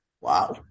Wow